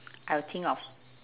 I will think of